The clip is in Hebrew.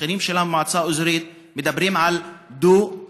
השכנים שלנו במועצה האזורית מדברים על דו-קיום.